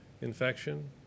infection